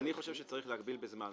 אני חושב שצריך להגביל בזמן.